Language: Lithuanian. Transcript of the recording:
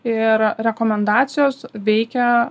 ir rekomendacijos veikia